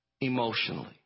emotionally